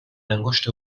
انگشت